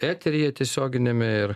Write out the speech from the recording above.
eteryje tiesioginiame ir